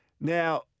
Now